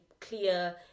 clear